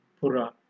pura